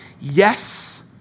yes